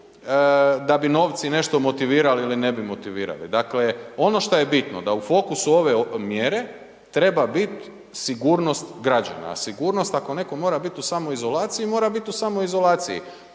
da bi novci nešto motivirali ili ne bi motivirali. Dakle, ono što je bitno da u fokusu ove mjere treba biti sigurnost građana, a sigurnost ako netko mora biti u samoizolaciji, mora biti u samoizolaciji.